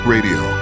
Radio